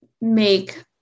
make